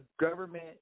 government